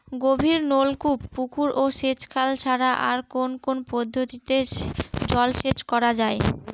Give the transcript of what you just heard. গভীরনলকূপ পুকুর ও সেচখাল ছাড়া আর কোন কোন পদ্ধতিতে জলসেচ করা যায়?